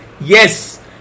Yes